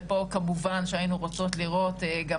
ופה כמובן שהיינו רוצות לראות גם